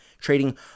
trading